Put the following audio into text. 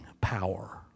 power